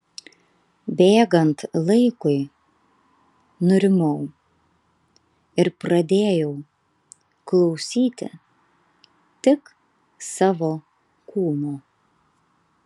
bėgant laikui nurimau ir pradėjau klausyti tik savo kūno